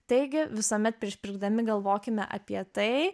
taigi visuomet prieš pirkdami galvokime apie tai